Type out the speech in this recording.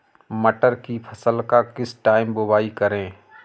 मटर की फसल का किस टाइम बुवाई करें?